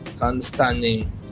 understanding